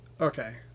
Okay